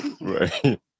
Right